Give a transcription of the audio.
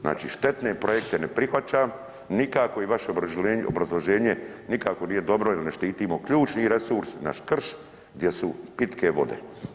Znači štetne projekte ne prihvaćam nikako i vaše obrazloženje nikako nije dobro jer ne štitimo ključni resurs, naš krš gdje su pitke vode.